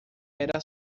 era